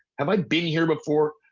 have i been here before?